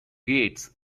gates